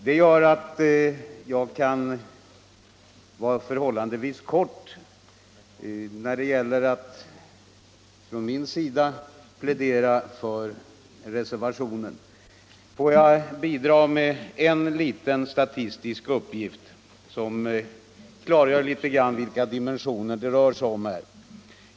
Det gör att jag kan vara förhållandevis kortfattad när det gäller att för min del plädera för reservationen. Låt mig emellertid bidra med en statistisk uppgift som belyser vilka dimensioner det rör sig om.